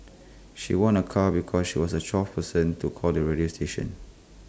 she won A car because she was the twelfth person to call the radio station